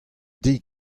deiz